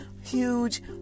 huge